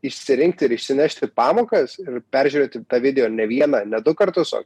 išsirinkti ir išsinešti pamokas ir peržiūrėti tą video ne vieną ne du kartus o